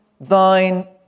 thine